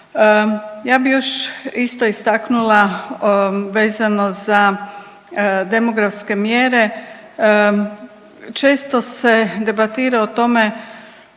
Ja bi još isto istaknula vezano za demografske mjere, često se debatira o tome